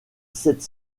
sept